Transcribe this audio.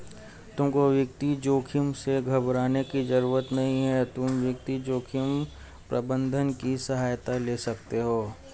तुमको वित्तीय जोखिम से घबराने की जरूरत नहीं है, तुम वित्तीय जोखिम प्रबंधन की सहायता ले सकते हो